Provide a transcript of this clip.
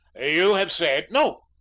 you have said no,